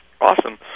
Awesome